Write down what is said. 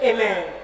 Amen